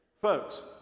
Folks